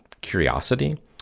curiosity